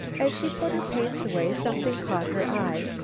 as she put her paints away, something caught her eye.